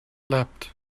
leapt